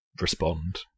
respond